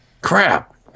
Crap